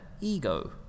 Ego